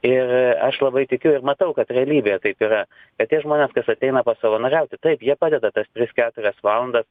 ir aš labai tikiu ir matau kad realybėje taip yra kad tie žmonės kas ateina pasavanoriauti taip jie padeda tas tris keturias valandas